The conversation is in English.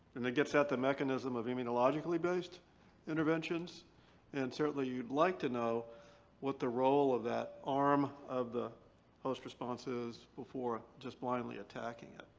and it gets at the mechanism of immunologically based interventions and certainly you'd like to know what the role of that arm of the host-response is before just blindly attacking it.